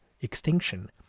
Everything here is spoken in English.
extinction